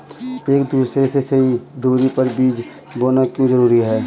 एक दूसरे से सही दूरी पर बीज बोना क्यों जरूरी है?